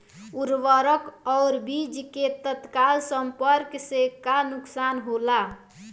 उर्वरक और बीज के तत्काल संपर्क से का नुकसान होला?